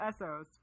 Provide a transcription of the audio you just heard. Essos